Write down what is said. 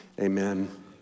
Amen